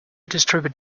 distribute